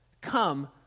come